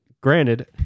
Granted